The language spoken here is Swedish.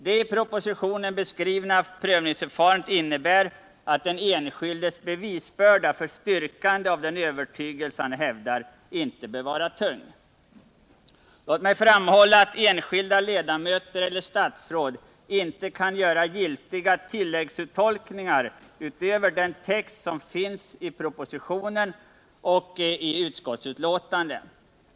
Det i propositionen beskrivna prövningsförfarandet innebär, att den enskildes bevisbörda för styrkande av den övertygelse han hävdar inte behöver vara tung. Låt mig framhålla att enskilda ledamöter eller statsråd inte kan göra giltiga tilläggsuttolkningar utöver den text som finns i propositionen och utskottsbetänkandet.